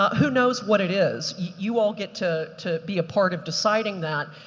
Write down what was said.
who knows what it is you all get to to be a part of deciding that.